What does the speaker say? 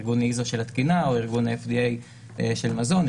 ארגון ISO של התקינה או ארגון FDA של מזון,